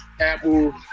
Apple